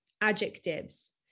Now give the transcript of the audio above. adjectives